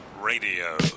Radio